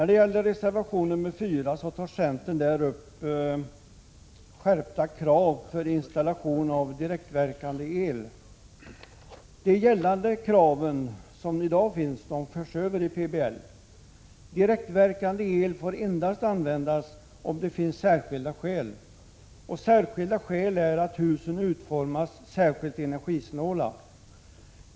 De krav som gäller i dag förs över i PBL. Direktverkande el får användas endast om det finns ”särskilda skäl”, och särskilda skäl är att husen utformas särskilt energisnålt.